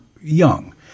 young